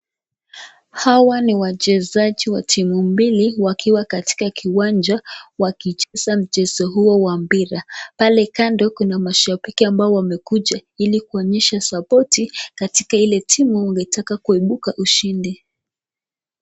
Hawa ni wachezaji wa timu mbili wakiwa katika kiwanja wakicheza mchezo huo wa mpira pale kando kuna mashabiki ambao wamekuja ili kuonyesha sapoti katika ile timu ingetaka kuibuka ushindi.